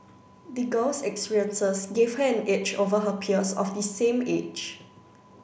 the girl's experiences gave her an edge over her peers of the same age